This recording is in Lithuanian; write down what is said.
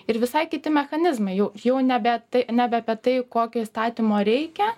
ir visai kiti mechanizmai jau jau nebe tai nebe apie tai kokio įstatymo reikia